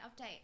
update